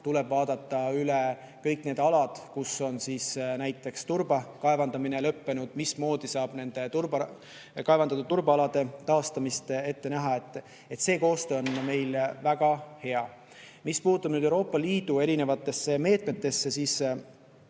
tuleb vaadata üle kõik need alad, kus on näiteks turba kaevandamine lõppenud, mismoodi saab nende kaevandatud turbaalade taastamist ette näha. See koostöö on meil väga hea. Mis puutub Euroopa Liidu erinevatesse meetmetesse, siis